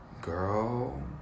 girl